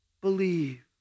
believe